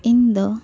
ᱤᱧ ᱫᱚ